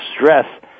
stress